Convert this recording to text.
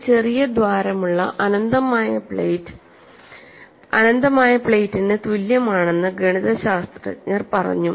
ഒരു ചെറിയ ദ്വാരമുള്ള അനന്തമായ പ്ലേറ്റ് അനന്തമായ പ്ലേറ്റിന് തുല്യമാണെന്ന് ഗണിതശാസ്ത്രജ്ഞർ പറഞ്ഞു